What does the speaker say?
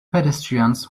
pedestrians